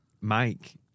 Mike